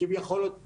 שכביכול עוד בהרחבה,